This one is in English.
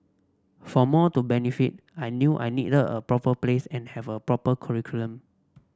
for more to benefit I knew I needed a proper place and have a proper curriculum